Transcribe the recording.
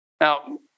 Now